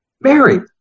Mary